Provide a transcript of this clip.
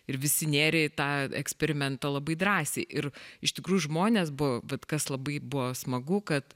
ir visi nėrė į tą eksperimentą labai drąsiai ir iš tikrųjų žmonės buvo vat kas labai buvo smagu kad